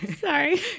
sorry